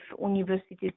universities